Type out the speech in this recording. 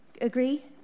agree